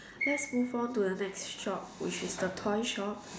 let's move on to the next shop which is the toy shop